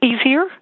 easier